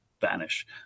vanish